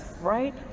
right